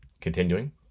Continuing